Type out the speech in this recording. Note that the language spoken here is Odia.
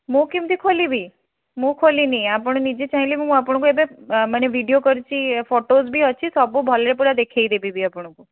ମୁଁ କେମିତି ଖୋଲିବି ମୁଁ ଖୋଲିନି ଆପଣ ନିଜେ ଚାହିଁଲେ ବି ମୁଁ ଆପଣଙ୍କୁ ମାନେ ଭିଡ଼ିଓ କରିଛି ଫଟୋଜ୍ ବି ଅଛି ସବୁ ଭଲରେ ପୁରା ଦେଖାଇଦେବି ବି ଆପଣଙ୍କୁ